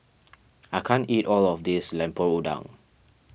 I can't eat all of this Lemper Udang